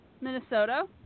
Minnesota